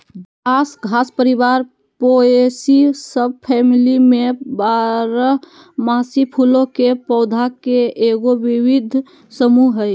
बांस घास परिवार पोएसी सबफैमिली में बारहमासी फूलों के पौधा के एगो विविध समूह हइ